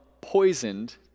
poisoned